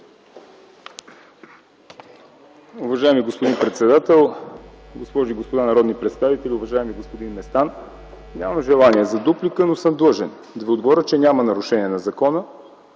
Уважаеми господин председател, госпожи и господа народни представители! Уважаеми господин Местан, нямам желание за дуплика, но съм длъжен да Ви отговоря, че няма нарушение на закона